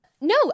No